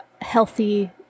healthy